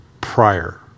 prior